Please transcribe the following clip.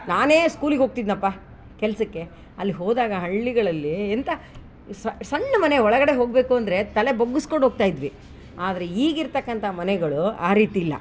ನಾನೇ ಸ್ಕೂಲಿಗೆ ಹೋಗ್ತಿದ್ನಪ್ಪ ಕೆಲಸಕ್ಕೆ ಅಲ್ಲಿ ಹೋದಾಗ ಹಳ್ಳಿಗಳಲ್ಲಿ ಎಂಥ ಸಣ್ಣ ಮನೆ ಒಳಗಡೆ ಹೋಗಬೇಕು ಅಂದರೆ ತಲೆ ಬಗ್ಗಿಸ್ಕೊಂಡ್ ಹೋಗ್ತಾ ಇದ್ವಿ ಆದರೆ ಈಗಿರ್ತಕ್ಕಂಥ ಮನೆಗಳು ಆ ರೀತಿ ಇಲ್ಲ